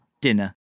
dinner